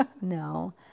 No